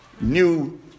new